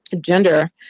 gender